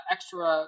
Extra